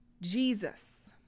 Jesus